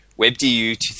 Webdu